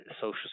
social